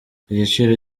igiciro